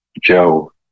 Joe